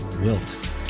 Wilt